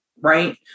right